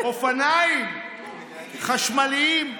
אופניים חשמליים.